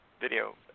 video